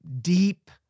deep